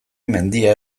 mendia